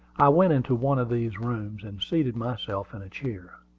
i went into one of these rooms, and seated myself in a chair.